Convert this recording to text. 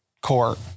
court